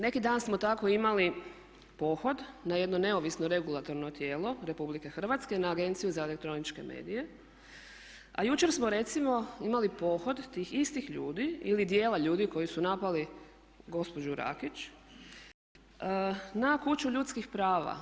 Neki dan smo tako imali pohod na jedno neovisno regulatorno tijelo Republike Hrvatske na Agenciju za elektroničke medije a jučer smo recimo imali pohod tih istih ljudi ili dijela ljudi koji su napali gospođu Rakić na Kuću ljudskih prava.